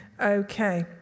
Okay